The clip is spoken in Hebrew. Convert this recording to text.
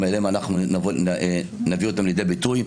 גם אותן נביא לידי ביטוי,